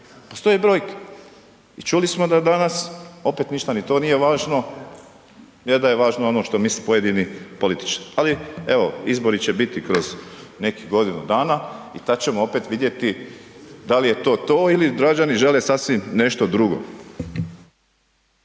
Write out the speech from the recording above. Postoje brojke. I čuli smo da danas, opet ništa ni to nije važno, je da je važno ono što misle pojedini političari. Ali evo, izbori će biti kroz nekih godinu dana i tada ćemo opet vidjeti da li je to to ili građani žele sasvim nešto drugo.